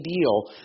deal